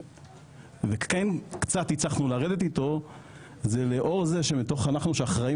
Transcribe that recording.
כן קצת הצלחנו לרדת איתו לאור זה שמתוך שאנחנו אחראים